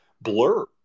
blur